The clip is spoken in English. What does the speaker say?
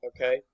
okay